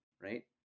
right